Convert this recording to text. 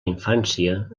infància